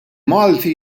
malti